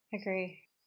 agree